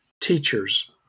teachers